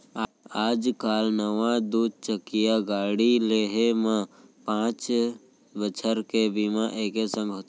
आज काल नवा दू चकिया गाड़ी लेहे म पॉंच बछर के बीमा एके संग होथे